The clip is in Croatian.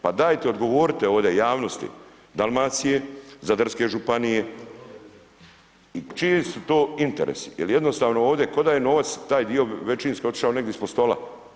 Pa dajte odgovorite ovdje javnosti Dalmacije, zadarske županije čiji su to interesi jer jednostavno ovdje kao da je novac taj dio većinski otišao negdje ispod stola.